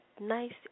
nice